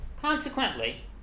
Consequently